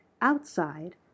Outside